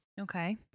Okay